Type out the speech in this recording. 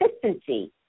consistency